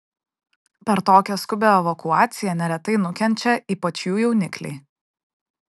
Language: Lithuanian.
per tokią skubią evakuaciją neretai nukenčia ypač jų jaunikliai